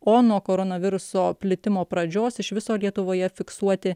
o nuo koronaviruso plitimo pradžios iš viso lietuvoje fiksuoti